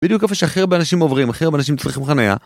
בדיוק איפה שהכי הרבה אנשים עוברים, הכי הרבה אנשים צריכים חניה.